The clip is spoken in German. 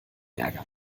ärger